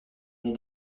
née